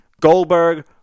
Goldberg